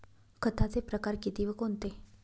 खताचे प्रकार किती व कोणते?